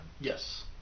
Yes